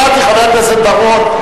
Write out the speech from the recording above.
שמעתי, חבר הכנסת בר-און.